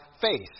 faith